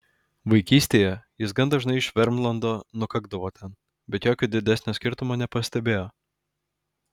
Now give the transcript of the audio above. vaikystėje jis gan dažnai iš vermlando nukakdavo ten bet jokio didesnio skirtumo nepastebėjo